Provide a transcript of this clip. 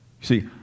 See